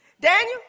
Daniel